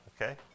Okay